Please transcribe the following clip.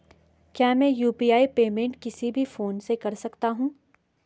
क्या मैं UPI payment किसी भी फोन से कर सकता हूँ?